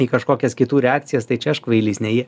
į kažkokias kitų reakcijas tai čia aš kvailys ne jie